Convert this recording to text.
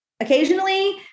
occasionally